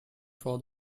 for